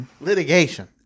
litigation